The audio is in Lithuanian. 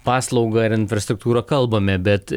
paslaugą ar infrastruktūrą kalbame bet